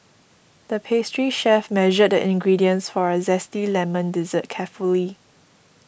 the pastry chef measured the ingredients for a Zesty Lemon Dessert carefully